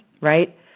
right